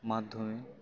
মাধ্যমে